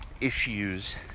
issues